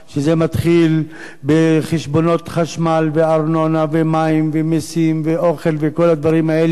שזה מתחיל בחשבונות חשמל וארנונה ומים ומסים ואוכל וכל הדברים האלה.